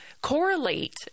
correlate